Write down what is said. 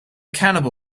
cannibal